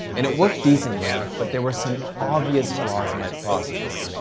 and it worked decently, but there were some obvious flaws in my process.